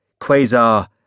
Quasar